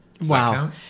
Wow